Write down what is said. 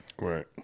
Right